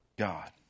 God